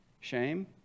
Shame